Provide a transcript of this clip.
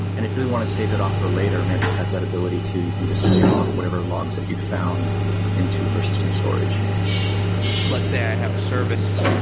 and if you want to save it off for later, mantis has that ability too. you can just save off whatever logs that you found into persistent storage let's say i have a service,